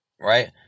right